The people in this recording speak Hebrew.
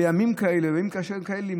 בימים קשים כאלה,